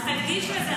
אז תקדיש לזה,